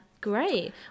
great